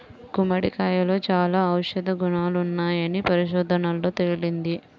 గుమ్మడికాయలో చాలా ఔషధ గుణాలున్నాయని పరిశోధనల్లో తేలింది